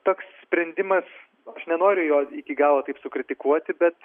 toks sprendimas aš nenoriu jo iki galo taip sukritikuoti bet